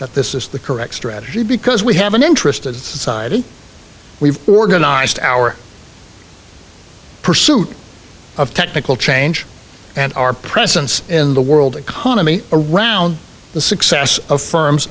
that this is the correct strategy because we have an interest it's we've organized our pursuit of technical change and our presence in the world economy around the success of firms